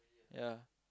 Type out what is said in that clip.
ya